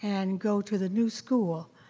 and go to the new school.